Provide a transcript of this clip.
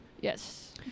Yes